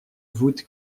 voûte